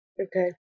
Okay